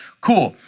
cool.